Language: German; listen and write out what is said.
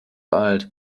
alt